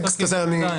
למשחקים.